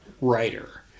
writer